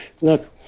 Look